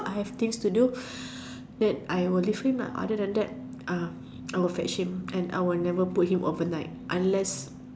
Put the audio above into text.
I have things to do then I will leave him lah other than that uh I will fetch him and I will never put him overnight unless